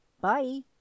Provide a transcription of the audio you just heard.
bye